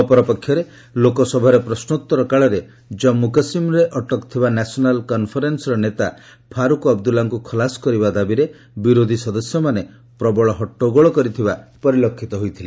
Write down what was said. ଅପରପକ୍ଷରେ ଲୋକସଭାରେ ପ୍ରଶ୍ନୋତ୍ତର କାଳରେ ଜାମ୍ମୁ କାଶ୍ମୀରରେ ଅଟକ ଥିବା ନ୍ୟାସନାଲ୍ କନ୍ଫରେନ୍ସରେ ନେତା ଫାରୁକ ଅବଦୁଲ୍ଲାଙ୍କୁ ଖଲାସ କରିବା ଦାବିରେ ବିରୋଧୀ ସଦସ୍ୟମାନେ ପ୍ରବଳ ହଟ୍ଟଗୋଳ କରିଥିବା ପରିଲକ୍ଷିତ ହୋଇଥିଲା